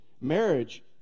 marriage